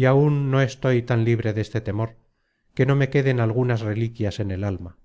y aun no estoy tan libre deste temor que no me queden algunas reliquias en el alma